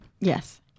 Yes